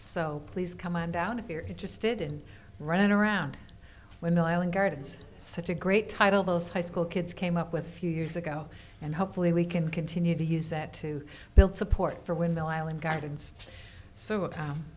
so please come on down if you're interested in running around when the island gardens such a great title those high school kids came up with a few years ago and hopefully we can continue to use that to build support for windmill island gardens so